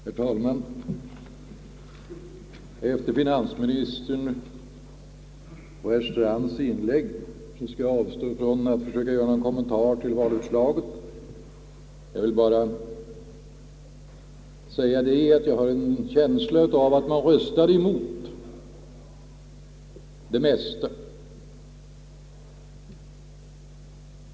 Herr talman! Efter finansministerns och herr Strands inlägg skall jag avstå från att försöka göra någon kommentar till valutslaget. Jag vill bara säga att jag har en känsla av att man röstade emot det mesta.